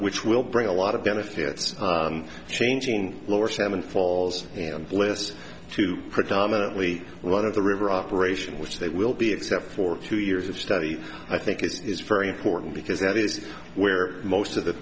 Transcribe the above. which will bring a lot of benefits changing lower salmon falls list to predominantly one of the river operation which they will be except for two years of study i think is very important because that is where most of the